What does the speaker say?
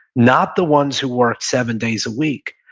not the ones who worked seven days a week,